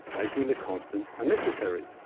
making the constant unnecessary.